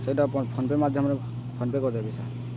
ସେଇଟା PhonePe' ମାଧ୍ୟମରେ PhonePe' କରିଦେବେ ସାର୍